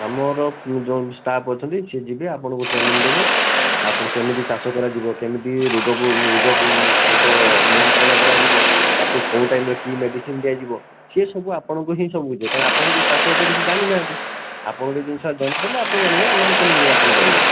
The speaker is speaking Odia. ଆମର ଯେଉଁ ଷ୍ଟାଫ୍ ଅଛନ୍ତି ସେ ଯିବେ ଆପଣଙ୍କୁ ଟ୍ରେନିଙ୍ଗ୍ ଦେବେ ଆପଣ କେମିତି ଚାଷ କରାଯିବ କେମିତି ରୋଗ ରୋଗ ପୋକ ନିୟନ୍ତ୍ରଣ କରାଯିବ ତାକୁ କେଉଁ ଟାଇମ୍ରେ କି ମେଡ଼ିସିନ୍ ଦିଆଯିବ ସେ ସବୁ ଆପଣଙ୍କୁ ହିଁ ସବୁ ବୁଝେଇବେ ଆପଣହିଁ ଚାଷ ଉପରେ କିଛି ଜାଣିନାହାନ୍ତି ଆପଣଙ୍କୁ ଏ ଜିନିଷ ଜଣେଇ ଦେଲେ ଆପଣ ଜାଣିବେନା ଆଉ ନହେଲେ କେମିତି ଆପଣ କରିବେ